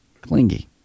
Clingy